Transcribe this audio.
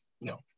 no